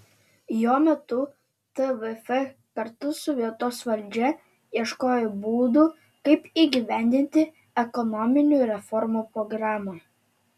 jo metu tvf kartu su vietos valdžia ieškojo būdų kaip įgyvendinti ekonominių reformų programą